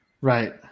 Right